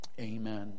amen